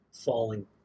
falling